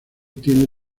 tiene